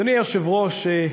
אדוני היושב-ראש,